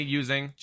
using